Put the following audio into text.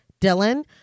Dylan